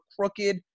crooked